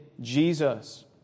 Jesus